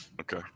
Okay